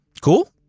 Cool